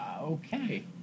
okay